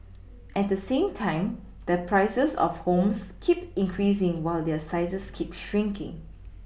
at the same time the prices of homes keep increasing while their sizes keep shrinking